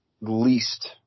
least